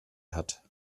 hat